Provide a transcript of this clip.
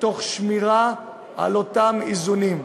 תוך שמירה על אותם איזונים.